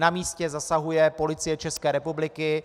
Na místě zasahuje Policie České republiky.